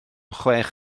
chwech